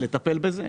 לטפל בזה.